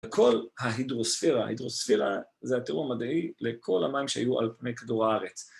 כל ההידרוספירה, ההידרוספירה זה התיאור מדעי לכל המים שהיו על פני כדור הארץ